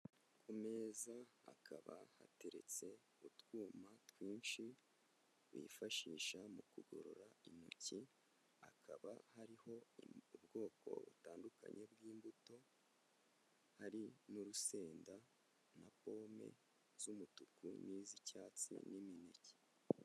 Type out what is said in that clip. Ku meza hakaba hateretse utwuma twinshi, bifashisha mu kugorora intoki, hakaba hariho ubwoko butandukanye bw'imbuto, hari n'urusenda na pome z'umutuku n'iz'icyatsi n'imineke.